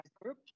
group